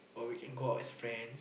or we can go out as friends